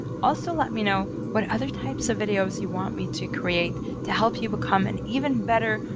also, let me know what other types of videos you want me to create to help you become an even better,